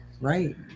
right